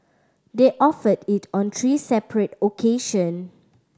they offered it on three separate occasion